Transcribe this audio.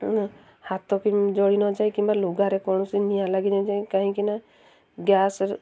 ହାତ କି ଜଳି ନଯାଏ କିମ୍ବା ଲୁଗାରେ କୌଣସି ନିଆଁ ଲାଗିନଯାଏ କାହିଁକି ନା ଗ୍ୟାସ୍